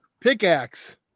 pickaxe